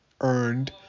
earned